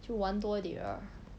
就玩多一点